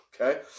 Okay